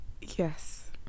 yes